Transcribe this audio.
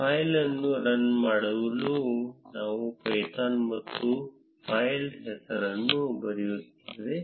file ಅನ್ನು run ಮಾಡಲು ನಾವು ಪೈಥಾನ್ ಮತ್ತು ಫೈಲ್ ಹೆಸರನ್ನು ಬರೆಯುತ್ತೇವೆ